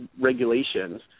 regulations